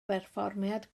berfformiad